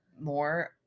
more